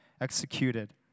executed